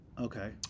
Okay